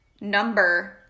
number